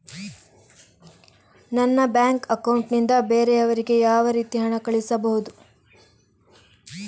ನನ್ನ bank account ನಿಂದ ಬೇರೆಯವರಿಗೆ ಯಾವ ರೀತಿ ಹಣ ಕಳಿಸಬಹುದು?